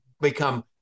become